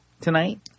tonight